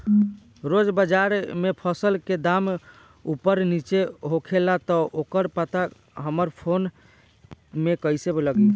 रोज़ बाज़ार मे फसल के दाम ऊपर नीचे होखेला त ओकर पता हमरा फोन मे कैसे लागी?